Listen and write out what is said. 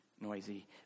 noisy